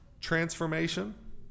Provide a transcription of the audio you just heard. transformation